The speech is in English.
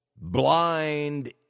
blind